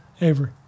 Avery